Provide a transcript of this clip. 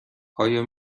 آیا